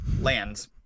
lands